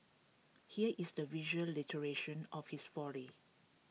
here is the visual iteration of his folly